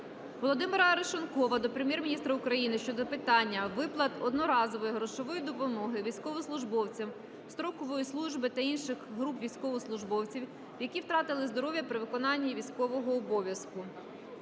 Володимира Арешонкова до Прем'єр-міністра України щодо питання виплат одноразової грошової допомоги військовослужбовцям строкової служби та інших груп військовослужбовців, які втратили здоров'я при виконанні військового обов'язку.